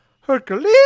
Hercules